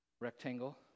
rectangle